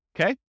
Okay